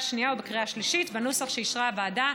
השנייה ובקריאה השלישית בנוסח שאישרה הוועדה.